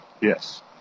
Yes